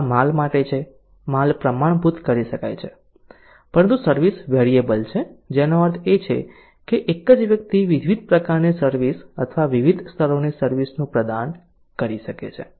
આ માલ માટે છે માલ પ્રમાણભૂત કરી શકાય છે પરંતુ સર્વિસ વેરિયેબલ છે જેનો અર્થ એ છે કે એક જ વ્યક્તિ વિવિધ પ્રકારની સર્વિસ અથવા વિવિધ સ્તરોની સર્વિસ પ્રદાન કરી શકે છે